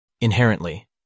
Inherently